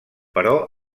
però